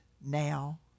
now